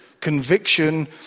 conviction